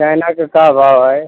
के क्या भाव है